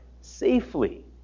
safely